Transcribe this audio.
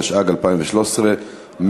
התשע"ג 2013,